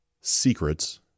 secrets